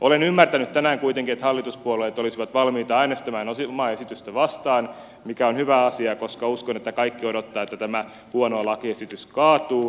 olen ymmärtänyt tänään kuitenkin että hallituspuolueet olisivat valmiita äänestämään omaa esitystään vastaan mikä on hyvä asia koska uskon että kaikki odottavat että tämä huono lakiesitys kaatuu